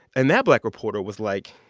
and that black reporter was like,